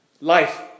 life